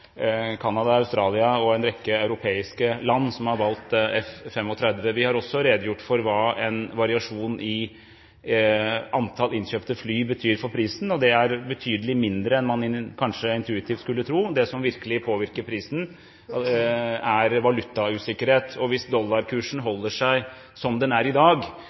Canada, Australia og en rekke europeiske land som har valgt F-35. Vi har også redegjort for hva en variasjon i antall innkjøpte fly betyr for prisen, og det er betydelig mindre enn hva man kanskje intuitivt skulle tro. Det som virkelig påvirker prisen, er valutasikkerhet. Hvis dollarkursen holder seg som den er i dag,